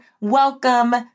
welcome